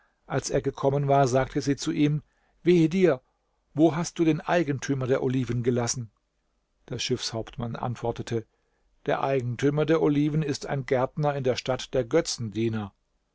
als er gekommen war sagte sie zu ihm wehe dir wo hast du den eigentümer der oliven gelassen der schiffshauptmann antwortete der eigentümer der oliven ist ein gärtner in der stadt der götzendiener